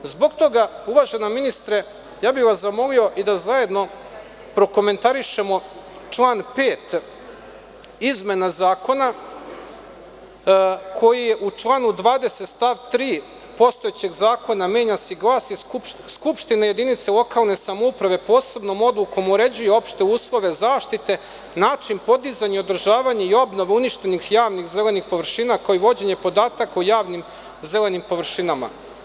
Zbog toga, uvažena ministarko, ja bih vas zamolio i da zajedno prokomentarišemo član 5. izmena zakona, koji u članu 20. stav 3. postojećeg zakona menja se i glasi: „skupština jedince lokalne samouprave posebnom odlukom uređuju uslove zaštite, način podizanja i održavanja i obnove uništenih javnih zelenih površina kao i vođenje podataka o javnim zelenim površinama“